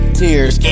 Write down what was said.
tears